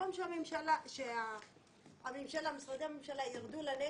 במקום שמשרדי הממשלה ירדו לנגב,